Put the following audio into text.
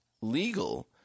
legal